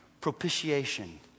Propitiation